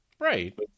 Right